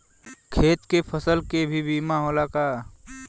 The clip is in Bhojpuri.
खेत के फसल के भी बीमा होला का?